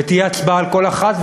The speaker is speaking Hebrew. ותהיה הצבעה על כל אחת,